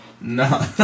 No